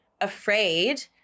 afraid